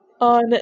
On